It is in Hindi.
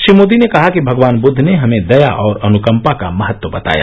श्री मोदी ने कहा कि भगवान बुद्द ने हमें दया और अनुकंपा का महत्व बताया